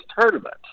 tournament